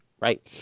right